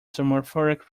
sophomoric